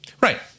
Right